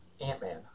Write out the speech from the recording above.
Ant-Man